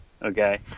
Okay